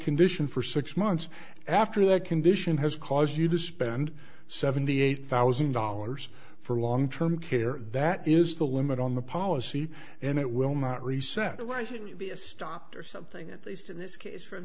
condition for six months after their condition has caused you to spend seventy eight thousand dollars for long term care that is the limit on the policy and it will not reset or why should you be a stopped or something at least in this case from